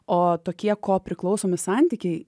o tokie ko priklausomi santykiai